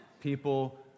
People